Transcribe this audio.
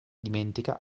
dimentica